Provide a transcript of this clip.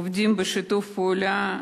עובדים בשיתוף פעולה,